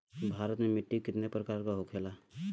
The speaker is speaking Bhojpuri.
भारत में मिट्टी कितने प्रकार का होखे ला?